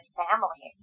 family